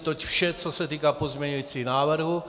Toť vše, co se týká pozměňujících návrhů.